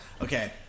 Okay